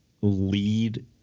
lead